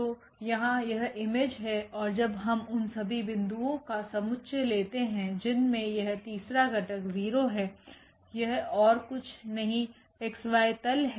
तो यहाँ यह इमेज है और जब हम उन सभी बिंदुओं का समुच्चय लेते है जीनमे यह तीसरा घटक 0 है यह ओर कुछ नहीं xy तल है